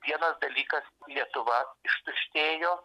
vienas dalykas lietuva ištuštėjo